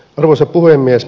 arvoisa puhemies